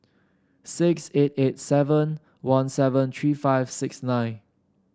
six eight eight seven one seven three five six nine